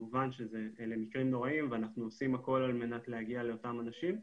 כמובן שאלה מקרים נוראיים ואנחנו עושים הכול על מנת להגיע לאותם אנשים.